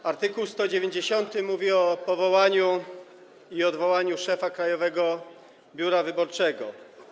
W art. 190 mówi się o powołaniu i odwołaniu szefa Krajowego Biura Wyborczego.